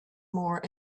more